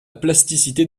plasticité